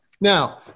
Now